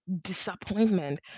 disappointment